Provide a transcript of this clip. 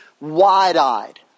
wide-eyed